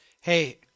Hey